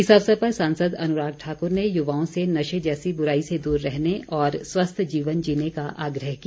इस अवसर पर सांसद अनुराग ठाक़र ने युवाओं से नशे जैसी बुराई से दूर रहने और स्वस्थ जीवन जीने का आग्रह किया